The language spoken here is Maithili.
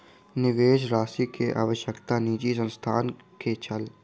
निवेश राशि के आवश्यकता निजी संस्थान के छल